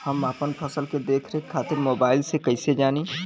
हम अपना फसल के देख रेख खातिर मोबाइल से कइसे जानी?